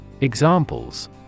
Examples